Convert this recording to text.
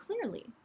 clearly